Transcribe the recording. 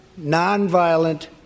nonviolent